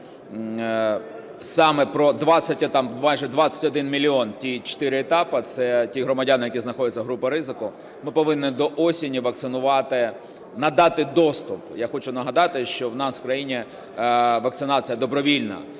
там майже 21 мільйон, ті чотири етапи. Це ті громадяни, які знаходяться у групі ризику, ми повинні до осені вакцинувати, надати доступ. Я хочу нагадати, що у нас в країні вакцинація добровільна.